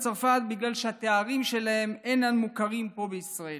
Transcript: בצרפת בגלל שהתארים שלהם אינם מוכרים פה בישראל.